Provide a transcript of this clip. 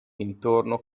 intorno